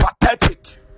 pathetic